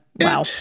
wow